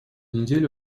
неделе